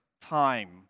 time